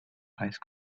ice